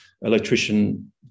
electrician